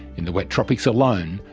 in the wet tropics alone,